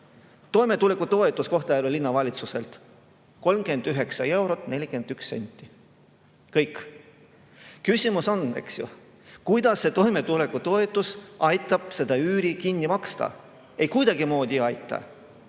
toimetulekutoetus Kohtla-Järve Linnavalitsuselt 39 eurot 41 senti. Kõik. Küsimus on, eks ju, kuidas see toimetulekutoetus aitab seda üüri kinni maksta. Ei, kuidagimoodi ei aita.